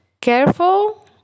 careful